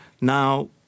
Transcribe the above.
Now